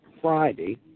Friday